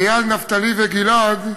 איל, נפתלי וגיל-עד,